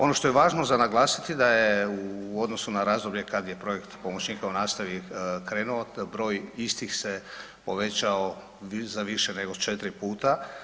Ono što je važno za naglasiti da je u odnosu na razdoblje kad je projekt pomoćnika u nastavi krenuo, broj istih se povećao za više nego 4 puta.